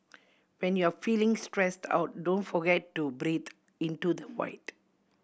when you are feeling stressed out don't forget to breathe into the void